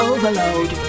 Overload